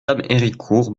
héricourt